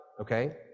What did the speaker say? okay